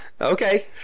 Okay